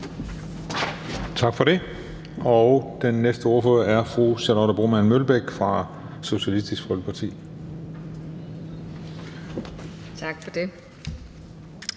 Tak for det. Den næste ordfører er fru Charlotte Broman Mølbæk fra Socialistisk Folkeparti. Kl.